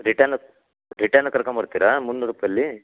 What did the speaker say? return return ಕರ್ಕೊಂಬರ್ತೀರಾ ಮುನ್ನೂರು ರೂಪಾಯ್ಲಿ